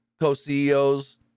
co-CEOs